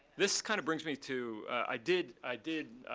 this kind of brings me to i did i did